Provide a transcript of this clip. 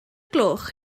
gloch